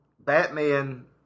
Batman